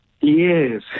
Yes